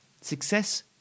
Success